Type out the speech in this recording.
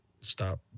stop